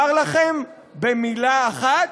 אומר לכם במילה אחת: